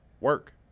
Work